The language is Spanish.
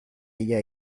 ella